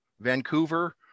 Vancouver